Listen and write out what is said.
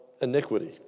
iniquity